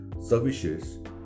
services